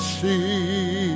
see